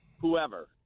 whoever